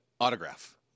autograph